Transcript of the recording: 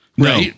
No